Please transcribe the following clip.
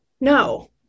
No